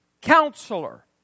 counselor